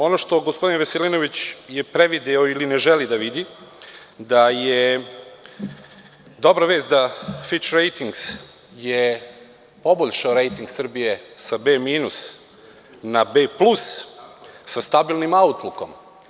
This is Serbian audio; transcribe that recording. Ono što je gospodin Veselinović prevideo ili ne želi da vidi, da je dobra vest daFitch Ratings je poboljšao rejting Srbije sa B- na B+, sa stabilnim autlukom.